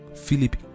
Philip